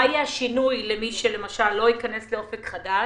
מה יהיה השינוי למי שלא ייכנס לאופק חדש?